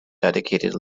dedicated